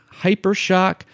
Hypershock